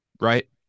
right